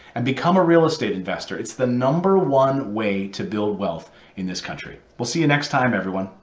and become a real estate investor. it's the number one way to build wealth in this country. we'll see you next time, everyone.